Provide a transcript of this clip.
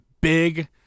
big